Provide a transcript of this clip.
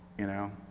you know?